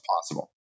possible